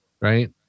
right